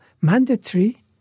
mandatory